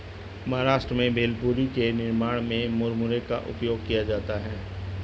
महाराष्ट्र में भेलपुरी के निर्माण में मुरमुरे का उपयोग किया जाता है